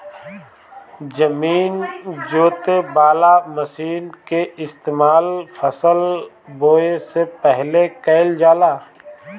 जमीन जोते वाला मशीन के इस्तेमाल फसल बोवे से पहिले कइल जाला